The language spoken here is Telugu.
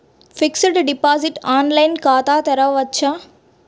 ఫిక్సడ్ డిపాజిట్ ఆన్లైన్ ఖాతా తెరువవచ్చా?